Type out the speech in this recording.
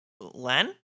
Len